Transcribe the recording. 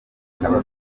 bikaba